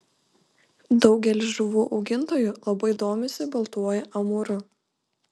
daugelis žuvų augintojų labai domisi baltuoju amūru